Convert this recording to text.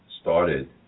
started